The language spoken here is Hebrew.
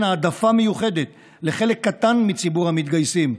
העדפה מיוחדת לחלק קטן מציבור המתגייסים,